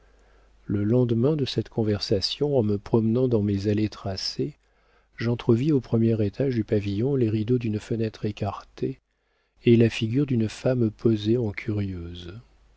le lendemain de cette conversation en me promenant dans mes allées tracées j'entrevis au premier étage du pavillon les rideaux d'une fenêtre écartés et la figure d'une femme posée en curieuse